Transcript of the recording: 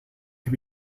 can